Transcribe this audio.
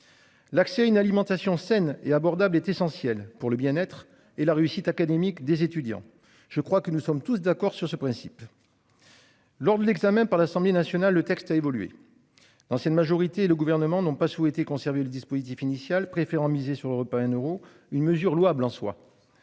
L'accès à une alimentation saine et abordable est essentiel pour le bien-être et la réussite académique des étudiants. Je crois que nous sommes tous d'accord sur ce principe. Lors de l'examen par l'Assemblée nationale, le texte a évolué. L'ancienne majorité et le gouvernement n'ont pas souhaité conserver le dispositif initial, préférant miser sur l'Europe à un euro. Une mesure louable en soi.